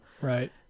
Right